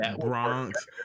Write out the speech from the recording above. Bronx